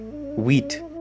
wheat